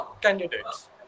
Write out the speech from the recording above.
candidates